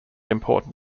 important